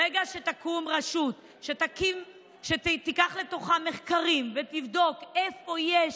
ברגע שתקום רשות ותיקח מחקרים ותבדוק איפה יש